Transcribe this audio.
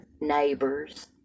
neighbors